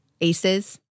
aces